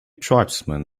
tribesman